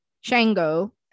shango